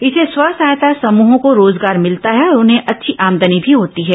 इससे स्व सहायता समूहों को रोजगार मिलता है और उन्हें अच्छी आमदनी भी होती है